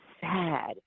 sad